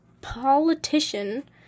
politician